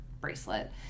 bracelet